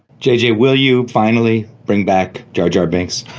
jj, will you finally bring back jar jar binks?